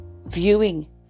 viewing